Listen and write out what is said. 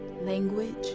language